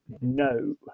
No